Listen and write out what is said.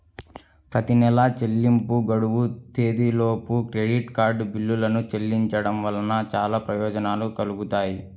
ప్రతి నెలా చెల్లింపు గడువు తేదీలోపు క్రెడిట్ కార్డ్ బిల్లులను చెల్లించడం వలన చాలా ప్రయోజనాలు కలుగుతాయి